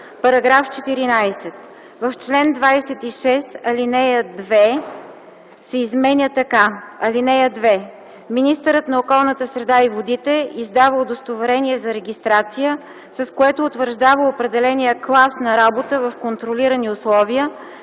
„§ 14. В чл. 26, ал. 2 се изменя така: „(2) Министърът на околната среда и водите издава удостоверение за регистрация, с което утвърждава определения клас на работа в контролирани условия,